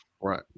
Right